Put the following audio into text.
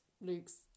Luke's